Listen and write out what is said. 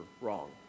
wrong